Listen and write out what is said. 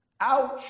Ouch